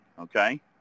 okay